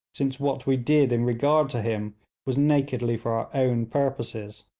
since what we did in regard to him was nakedly for our own purposes.